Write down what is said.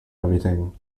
everything